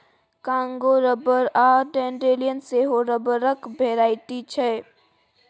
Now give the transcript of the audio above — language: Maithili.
कांगो रबर आ डांडेलियन सेहो रबरक भेराइटी छै